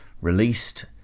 released